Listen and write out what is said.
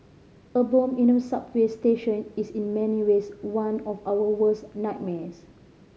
a bomb in a way subway station is in many ways one of our worst nightmares